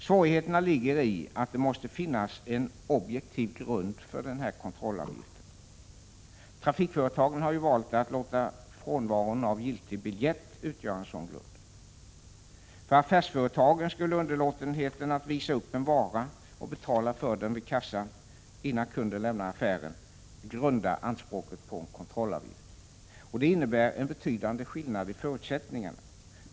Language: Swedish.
Svårigheterna ligger i att det måste finnas en objektiv grund för kontrollavgiften. Trafikföretagen har ju valt att låta frånvaron av giltig biljett utgöra en sådan grund. För affärsföretagen skulle underlåtenheten att visa upp en vara och betala för den vid kassan, innan kunden lämnar affären, grunda anspråket på en kontrollavgift. Detta innebär en betydande skillnad i förutsättningarna.